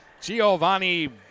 Giovanni